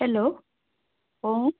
hello অ'